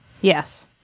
Yes